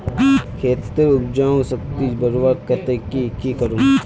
खेतेर उपजाऊ शक्ति बढ़वार केते की की करूम?